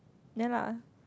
ya lah